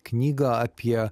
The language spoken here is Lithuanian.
knygą apie